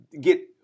get